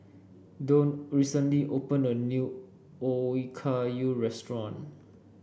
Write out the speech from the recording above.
Don recently opened a new Okayu restaurant